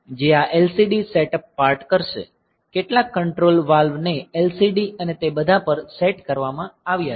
જે આ LCD setup part કરશે કેટલાક કંટ્રોલ વાલ્વ ને LCD અને તે બધા પર સેટ કરવામાં આવ્યા છે